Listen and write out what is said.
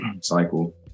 cycle